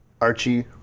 Archie